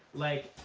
like,